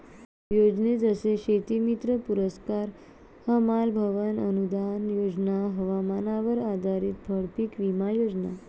योजने जसे शेतीमित्र पुरस्कार, हमाल भवन अनूदान योजना, हवामानावर आधारित फळपीक विमा योजना